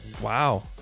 Wow